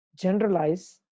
generalize